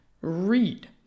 read